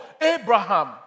Abraham